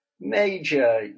major